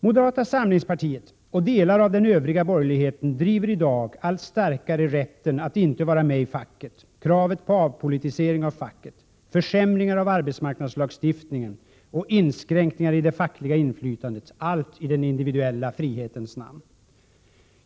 Moderata samlingspartiet och delar av den övriga borgerligheten driver i dag allt starkare rätten att inte vara med i facket, kravet på avpolitisering av facket, försämringar av arbetsmarknadslagstiftningen och inskränkningar i det fackliga inflytandet — allt i den individuella frihetens namn.